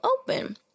open